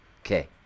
Okay